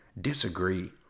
disagree